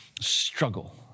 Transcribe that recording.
struggle